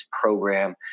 program